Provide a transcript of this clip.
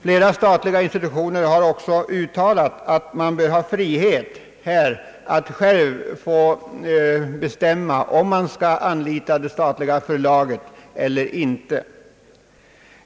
Flera statliga institutioner har också uttalat, att man bör ha frihet här att själv få bestämma om det statliga förlaget skall anlitas eller ej.